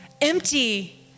empty